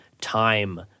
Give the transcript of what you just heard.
time